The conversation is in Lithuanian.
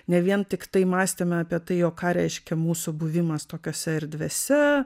ne vien tiktai mąstyme apie tai o ką reiškia mūsų buvimas tokiose erdvėse